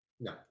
No